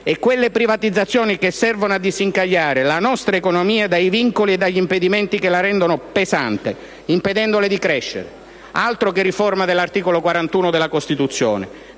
e quelle privatizzazioni che servono a disincagliare la nostra economia dai vincoli e dagli impedimenti che la rendono pesante, impedendole di crescere. Altro che riforma dell'articolo 41 della Costituzione!